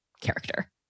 character